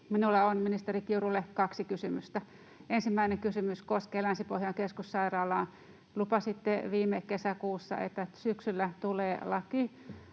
Minulla on ministeri Kiurulle kaksi kysymystä. Ensimmäinen kysymys koskee Länsi-Pohjan keskussairaalaa. Lupasitte viime kesäkuussa, että syksyllä tulee laki,